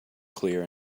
clear